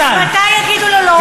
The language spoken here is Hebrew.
אז מתי יגידו לו?